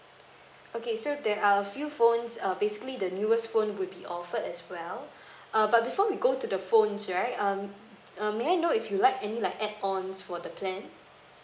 okay so there are a few phones uh basically the newest phone will be offered as well uh but before we go to the phones right um um may I know if you like any like add ons for the plan